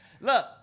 Look